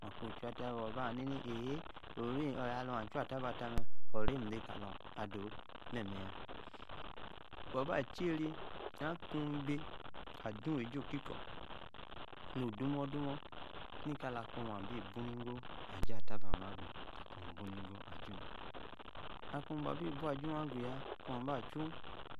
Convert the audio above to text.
Ma-kwa ochaa-atabor, aba, haa. ni-ni, ehey, orim. alu-achaa-atabor, tamee, oro-emim kalor ado meme-yaa, waa-ba-achiery akuu de, ado-oon ejie- okikor no, dumudu, ni kalakua bi-buu, nigo, aji-atabor, omme agu, akuu buu nigo aju. Akuu ba-bi bua-aju agu-yaa, kuu aba achuu,